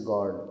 God